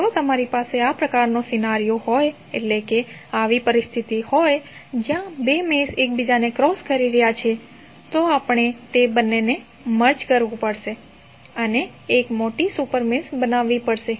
જો તમારી પાસે આ પ્રકારનો સિનારિઓ છે જ્યાં બે મેશ એકબીજાને ક્રોસ કરી રહ્યાં છે તો આપણે તે બંનેને મર્જ કરવું પડશે અને એક મોટી સુપર મેશ બનાવવી પડશે